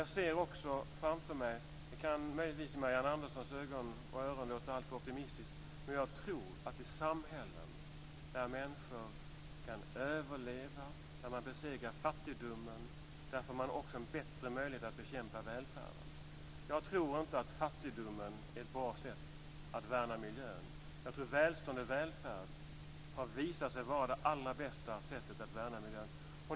Jag ser också framför mig - det kan möjligtvis i Marianne Samuelssons öron låta alltför optimistiskt - att man i samhällen där människor kan överleva, där man besegrar fattigdomen, också får en bättre möjlighet att kämpa för välfärden. Jag tror inte att fattigdomen är ett bra sätt att värna miljön. Välstånd och välfärd har visat sig vara det allra bästa sättet att värna miljön.